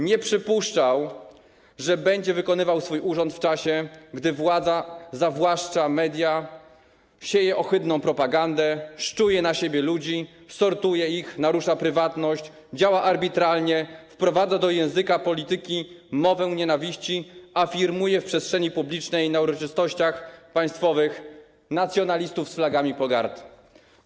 Nie przypuszczał, że będzie wykonywał swój urząd w czasie, gdy władza zawłaszcza media, sieje ohydną propagandę, szczuje na siebie ludzi, sortuje ich, narusza prywatność, działa arbitralnie, wprowadza do języka polityki mowę nienawiści, afirmuje w przestrzeni publicznej i na uroczystościach państwowych nacjonalistów z flagami pogardy.